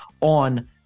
on